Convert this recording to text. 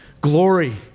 glory